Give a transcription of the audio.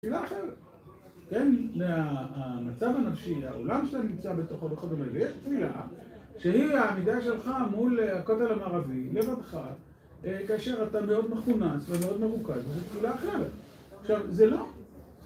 תפילה אחרת, כן, המצב הנפשי, העולם שלה נמצא בתוך הרוחבים האלה, ויש תפילה שהיא העמידה שלך מול הכותל המערבי, לבדך, כאשר אתה מאוד מכונס ומאוד מרוכז, וזו תפילה אחרת. עכשיו, זה לא…